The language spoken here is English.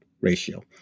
ratio